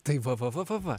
tai va va va va va